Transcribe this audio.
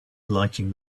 lighting